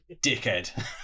dickhead